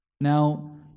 Now